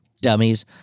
dummies